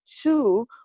two